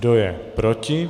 Kdo je proti?